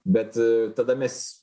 bet tada mes